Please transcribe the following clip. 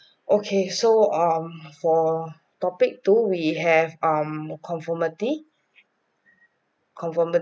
okay so um for topic two we have um conformity conformity